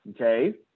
okay